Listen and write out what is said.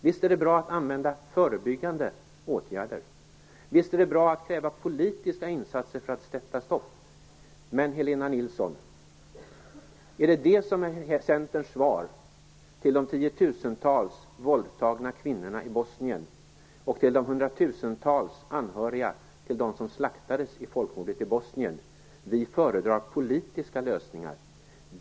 Visst är det bra att använda förebyggande åtgärder. Visst är det bra att kräva politiska insatser för att sätta stopp. Men, Helena Nilsson, är Centerns svar till de tiotusentals våldtagna kvinnorna i Bosnien och till de hundratusentals anhöriga till dem som slaktades i folkmordet i Bosnien att ni föredrar politiska lösningar?